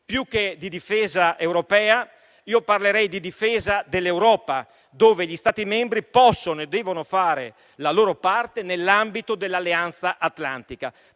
più che di difesa europea, io parlerei di difesa dell'Europa, nell'ambito della quale gli Stati membri possono e devono fare la loro parte nell'ambito dell'Alleanza atlantica.